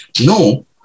no